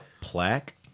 plaque